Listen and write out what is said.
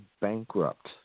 bankrupt